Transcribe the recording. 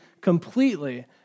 completely